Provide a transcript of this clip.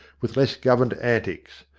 with less governed antics.